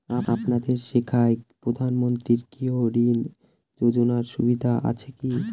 আপনাদের শাখায় প্রধানমন্ত্রী গৃহ ঋণ যোজনার সুবিধা আছে কি?